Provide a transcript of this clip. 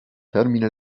termine